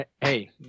Hey